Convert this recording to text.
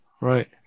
right